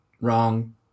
wrong